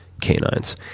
canines